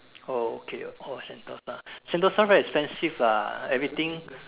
oh okay oh Sentosa Sentosa very expensive lah everything